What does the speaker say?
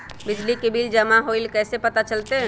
बिजली के बिल जमा होईल ई कैसे पता चलतै?